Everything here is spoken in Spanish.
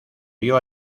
vio